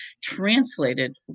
translated